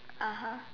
(uh huh)